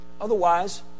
Otherwise